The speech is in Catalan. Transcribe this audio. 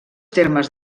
termes